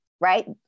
right